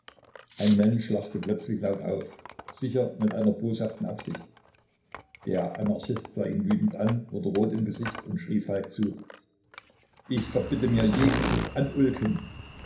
ein mensch lachte plötzlich laut auf sicher mit einer boshaften absicht der anarchist sah ihn wütend an wurde rot im gesichte und schrie falk zu ich verbitte mir jegliches anulken